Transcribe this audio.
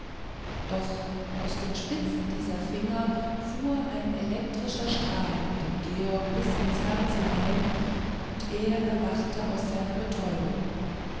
doch aus den spitzen dieser finger fuhr ein elektrischer strahl dem georg bis ins herz hinein und er erwachte aus seiner betäubung